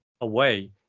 away